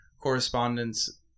correspondence